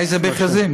איזה מכרזים?